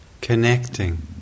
connecting